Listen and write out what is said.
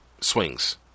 swings